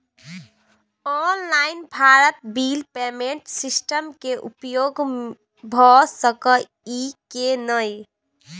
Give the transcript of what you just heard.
Online Bharat bill payment system के उपयोग भ सके इ की नय?